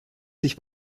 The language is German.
sich